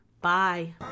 Bye